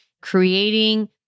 creating